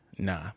Nah